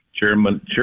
chairman